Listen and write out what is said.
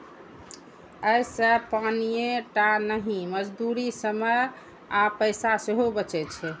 अय से पानिये टा नहि, मजदूरी, समय आ पैसा सेहो बचै छै